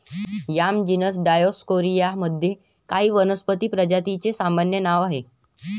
yam genus Dioscorea मध्ये काही वनस्पती प्रजातींचे सामान्य नाव आहे